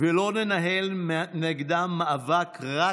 ולא ננהל נגדם מאבק רק